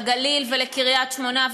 לגליל ולקריית-שמונה,